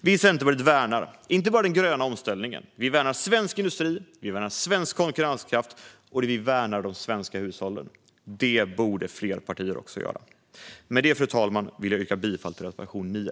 Vi i Centerpartiet värnar inte bara den gröna omställningen; vi värnar svensk industri, vi värnar svensk konkurrenskraft och vi värnar de svenska hushållen. Det borde fler partier också göra. Med det, fru talman, vill jag yrka bifall till reservation 9.